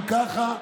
אם ככה,